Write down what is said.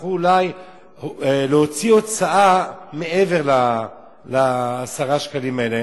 יצטרכו אולי להוציא הוצאה מעבר ל-10 שקלים האלה.